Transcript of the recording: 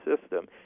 system